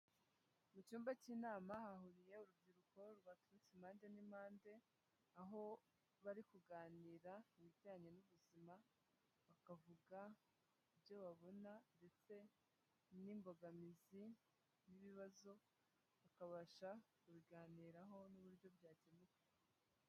Mu cyumba cy'inama hahuriye urubyiruko rwaturutse impande n'impande, aho bari kuganira ku bijyanye n'ubuzima, bakavuga ibyo babona ndetse n'imbogamizi n'ibibazo, bakabasha kubiganiraho n'uburyo byakemuka.